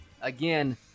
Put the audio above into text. Again